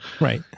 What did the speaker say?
Right